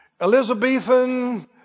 Elizabethan